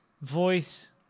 voice